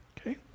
Okay